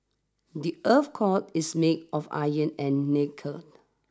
the earth's core is made of iron and nickel